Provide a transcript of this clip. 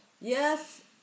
yes